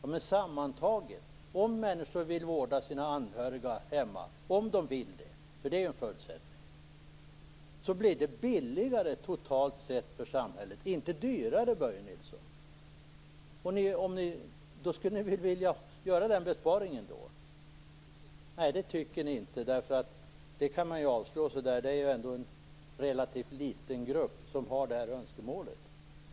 Men om människor verkligen vill vårda sina anhöriga hemma, vilket är en förutsättning, blir det totalt sett billigare för samhället - inte dyrare, Börje Nilsson. Då skulle ni väl vilja göra den besparingen? Nej, det tycker ni inte. Det kan man avslå bara så där; det är ju ändå en relativt liten grupp som har det här önskemålet.